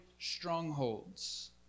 strongholds